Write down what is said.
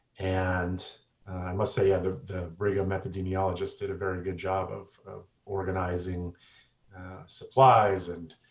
and i must say ah the the brigham epidemiologists did a very good job of organizing supplies and,